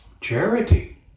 charity